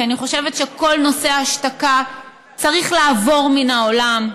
כי אני חושבת שכל נושא ההשתקה צריך לעבור מן העולם,